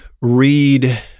read